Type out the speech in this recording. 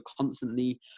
constantly